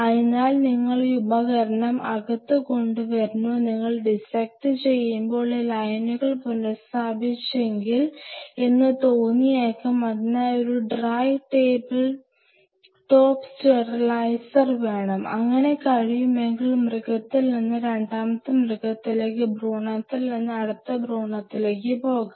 അതിനാൽ നിങ്ങൾ ഈ ഉപകരണം അകത്ത് കൊണ്ട് വരുന്നു നിങ്ങൾ ഡിസ്സെക്റ്റ് ചെയ്യുമ്പോൾ ഈ ലൈനുകൾ പുനഃസ്ഥാപിച്ചെങ്കിൽ എന്ന് തോന്നിയേക്കാം അതിനായി ഒരു ഡ്രൈ ടേബിൾ ടോപ് സ്റ്റെറിലൈസർ വേണം അങ്ങനെ കഴിയുമെങ്കിൽ ഒരു മൃഗത്തിൽ നിന്ന് രണ്ടാമത്തെ മൃഗത്തിലേക്ക് ഒരു ഭ്രൂണത്തിൽ നിന്ന് അടുത്ത ഭ്രൂണത്തിലേക്ക് പോകാം